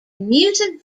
music